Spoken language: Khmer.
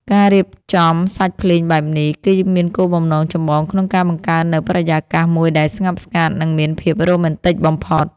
ការរៀបចំសាច់ភ្លេងបែបនេះ គឺមានគោលបំណងចម្បងក្នុងការបង្កើតនូវបរិយាកាសមួយដែលស្ងប់ស្ងាត់ និងមានភាពរ៉ូមែនទិកបំផុត